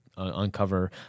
Uncover